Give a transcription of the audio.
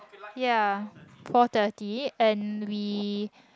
ya four thirty and we